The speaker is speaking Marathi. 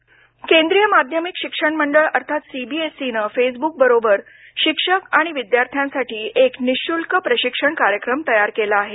सीबीएसई केंद्रीय माध्यमिक शिक्षण मंडळ अर्थात सीबीएसईनं फेसबुक बरोबर सर्व शिक्षक आणि विद्यार्थ्यांसाठी एक निशुल्क प्रशिक्षण कार्यक्रम तयार केला आहे